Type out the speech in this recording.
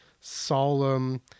solemn